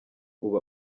uba